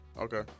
Okay